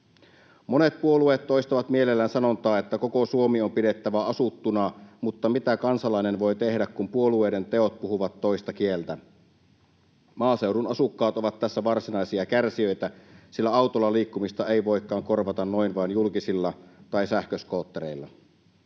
Monet puolueet toistavat mielellään sanontaa, että koko Suomi on pidettävä asuttuna, mutta mitä kansalainen voi tehdä, kun puolueiden teot puhuvat toista kieltä? Maaseudun asukkaat ovat tässä varsinaisia kärsijöitä, sillä autolla liikkumista ei voikaan korvata noin vain julkisilla tai sähköskoottereilla.